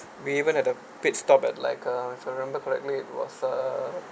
we even had a pit stop at like uh if I remember correctly it was uh